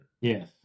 Yes